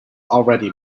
already